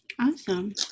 Awesome